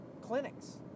clinics